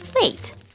Wait